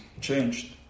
changed